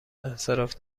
انصراف